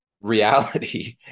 reality